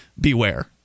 beware